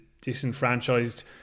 disenfranchised